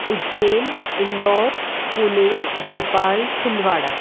Ujjain Indore Pune Bhopal Chhindwara